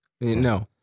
No